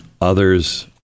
others